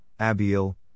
Abiel